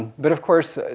but of course,